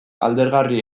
alderagarri